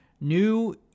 New